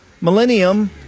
millennium